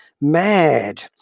MAD